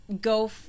go